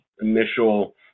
initial